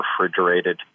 refrigerated